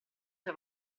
sue